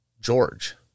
George